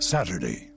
Saturday